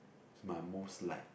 my most liked